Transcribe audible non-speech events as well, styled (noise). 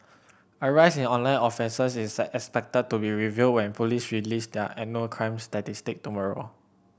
a rise in online offences is (unintelligible) expected to be revealed when police release their annual crime statistic tomorrow